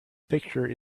picture